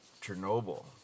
Chernobyl